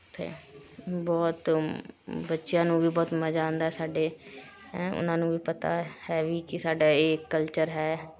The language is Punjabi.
ਫਿਰ ਬਹੁਤ ਬੱਚਿਆਂ ਨੂੰ ਵੀ ਬਹੁਤ ਮਜ਼ਾ ਆਉਂਦਾ ਸਾਡੇ ਹੈ ਉਹਨਾਂ ਨੂੰ ਵੀ ਪਤਾ ਹੈ ਵੀ ਕੀ ਸਾਡਾ ਇਹ ਕਲਚਰ ਹੈ